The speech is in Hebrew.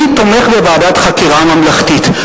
אני תומך בוועדת חקירה ממלכתית.